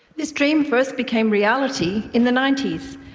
this dream first became reality in the ninety s,